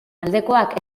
aldekoak